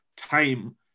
time